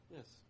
Yes